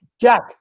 Jack